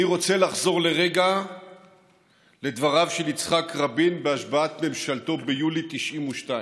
אני רוצה לחזור לרגע לדבריו של יצחק רבין בהשבעת ממשלתו ביולי :1992